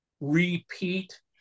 repeat